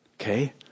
Okay